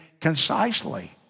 concisely